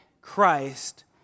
Christ